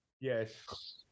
yes